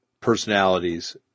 personalities